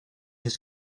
his